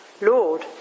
Lord